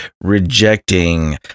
rejecting